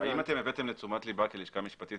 האם אתם הבאתם לתשומת לבה כלשכה משפטית